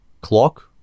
clock